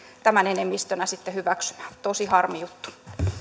tämän enemmistönä sitten hyväksymään tosi harmi juttu